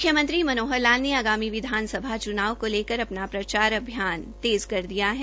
मुख्यमंत्री मनोहरलाल ने आगामी विधानसभा चुनाव को लेकर अपना प्रचार अभियान तेज कर दिया है